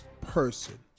person